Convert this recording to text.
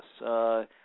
Yes